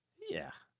yeah,